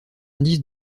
indice